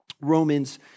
Romans